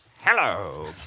Hello